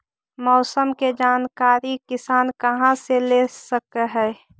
मौसम के जानकारी किसान कहा से ले सकै है?